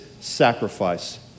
sacrifice